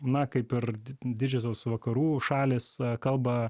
na kaip ir didžiosios vakarų šalys kalba